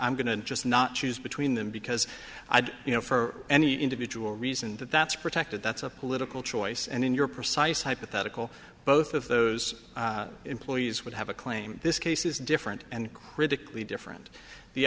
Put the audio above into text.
i'm going to just not choose between them because i'd you know for any individual reason that that's protected that's a political choice and in your precise hypothetical both of those employees would have a claim this case is different and critically different the